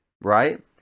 Right